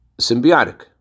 symbiotic